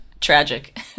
Tragic